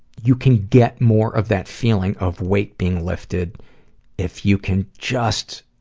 you can get more of that feeling of weight being lifted if you can just